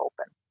open